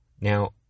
Now